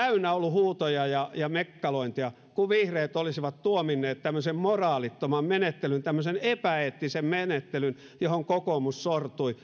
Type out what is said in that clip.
huutoja ja ja mekkalointia kun vihreät olisivat tuominneet tämmöisen moraalittoman menettelyn tämmöisen epäeettisen menettelyn johon kokoomus sortui